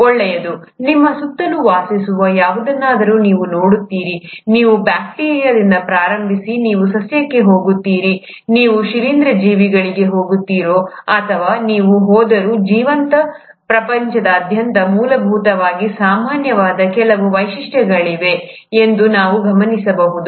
ಒಳ್ಳೆಯದು ನಿಮ್ಮ ಸುತ್ತಲೂ ವಾಸಿಸುವ ಯಾವುದನ್ನಾದರೂ ನೀವು ನೋಡುತ್ತೀರಿ ನೀವು ಬ್ಯಾಕ್ಟೀರಿಯಾದಿಂದ ಪ್ರಾರಂಭಿಸಿ ನೀವು ಸಸ್ಯಕ್ಕೆ ಹೋಗುತ್ತೀರೋ ನೀವು ಶಿಲೀಂಧ್ರ ಜೀವಿಗಳಿಗೆ ಹೋಗುತ್ತೀರೋ ಅಥವಾ ನೀವು ಹೋದರೂ ಜೀವಂತ ಪ್ರಪಂಚದಾದ್ಯಂತ ಮೂಲಭೂತವಾಗಿ ಸಾಮಾನ್ಯವಾದ ಕೆಲವು ವೈಶಿಷ್ಟ್ಯಗಳಿವೆ ಎಂದು ನೀವು ಗಮನಿಸಬಹುದು